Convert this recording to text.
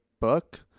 book